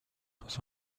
dans